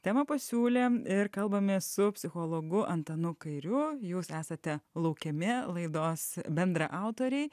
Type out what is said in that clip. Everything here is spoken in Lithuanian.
temą pasiūlė ir kalbamės su psichologu antanu kairiu jūs esate laukiami laidos bendraautoriai